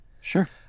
Sure